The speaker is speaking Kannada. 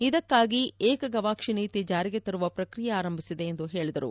ಇದಕ್ಕಾಗಿ ಏಕಗವಾಕ್ಷಿ ನೀತಿ ಜಾರಿಗೆ ತರುವ ಪ್ರಕ್ರಿಯೆ ಆರಂಭಿಸಿದೆ ಎಂದು ಪೇಳಿದರು